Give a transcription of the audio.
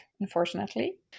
unfortunately